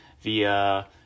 via